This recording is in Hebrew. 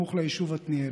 סמוך ליישוב עתניאל.